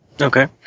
Okay